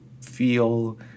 feel